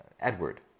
Edward